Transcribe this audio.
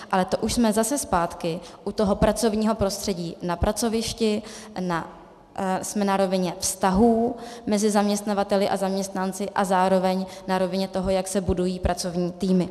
Ale to už jsme zase zpátky u toho pracovního prostředí na pracovišti, jsme na rovině vztahů mezi zaměstnavateli a zaměstnanci a zároveň na rovině toho, jak se budují pracovní týmy.